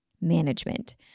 management